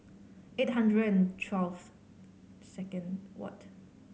eight hundred and twelve second what